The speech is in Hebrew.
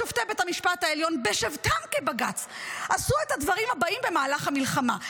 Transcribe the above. שופטי בית המשפט העליון בשבתם כבג"ץ עשו את הדברים הבאים במהלך המלחמה.